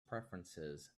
preferences